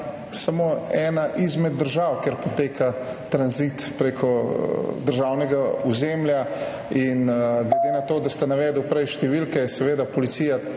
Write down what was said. samo ena izmed držav, kjer poteka tranzit prek državnega ozemlja. Glede na to, da ste prej navedli številke – seveda, policija